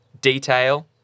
detail